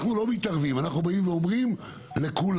אנחנו לא מתערבים, אנחנו באים ואומרים לכולם.